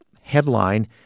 headline